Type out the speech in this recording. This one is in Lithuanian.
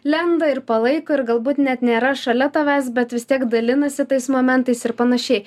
lenda ir palaiko ir galbūt net nėra šalia tavęs bet vis tiek dalinasi tais momentais ir panašiai